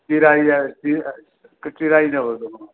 चिराई जा कुझु चिराई न वठंदोमांव